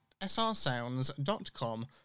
srsounds.com